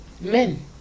men